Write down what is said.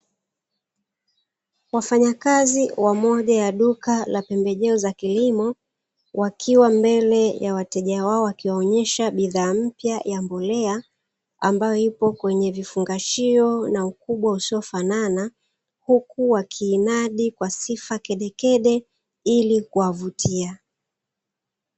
Wafanyakazi wa moja ya duka la pembejeo za kilimo, wakiwa mbele ya wateja wao wakiwaonyesha bidhaa mpya ya mbolea ambayo ipo kwenye vifungashio na ukubwa unaofanana, huku wakinadi kwa sifa kedekede ili kuwavutia.